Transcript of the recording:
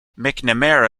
mcnamara